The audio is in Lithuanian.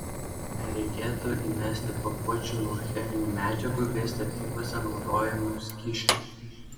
nereikėtų įmesti pakuočių nuo cheminių medžiagų bei statybose naudojamų skysčių